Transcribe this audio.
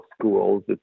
schools